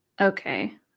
Okay